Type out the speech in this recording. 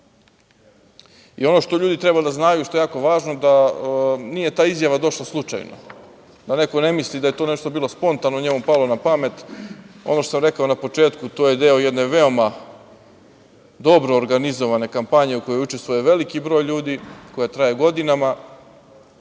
ono što ljudi treba da znaju, a što je jako važno da nije ta izjava došla slučajno, da neko ne misli da je to bilo spontano da je njemu palo na pamet, ono što sam rekao na početku, to je deo jedne veoma dobro organizovane kampanje u kojoj učestvuje veliki broj ljudi, koja traje godinama,